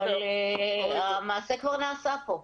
אבל המעשה כבר נעשה פה.